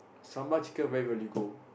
sambal chicken really really cold